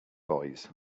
boys